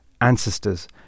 ancestors